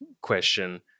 question